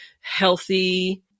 healthy